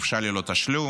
חופשה ללא תשלום,